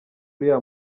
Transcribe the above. uriya